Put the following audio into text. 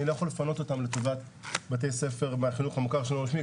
אני לא יכול לפנות אותם לטובת בתי ספר מהחינוך המוכר שאינו רשמי,